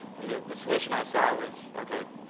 and the the solution i saw was, okay,